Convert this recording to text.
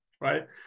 right